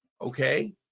okay